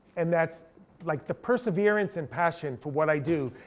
and that's like the perseverance and passion for what i do.